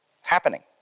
happening